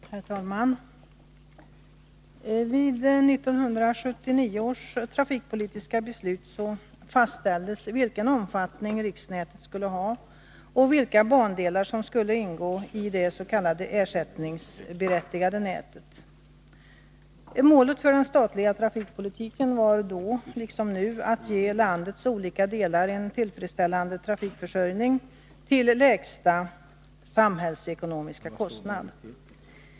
Herr talman! Vid 1979 års trafikpolitiska beslut fastställdes vilken omfattning riksnätet skulle ha och vilka bandelar som skulle ingå i det s.k. ersättningsberättigade nätet. Målet för den statliga trafikpolitiken var då, liksom nu, att ge landets olika delar en tillfredsställande trafikförsörjning till lägsta samhällsekonomiska kostnad.